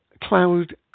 Cloud